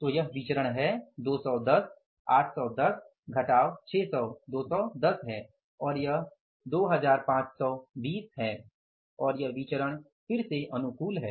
तो यह विचरण है 210 810 घटाव 600 210 है और यह 2520 है और यह विचरण फिर से अनुकूल है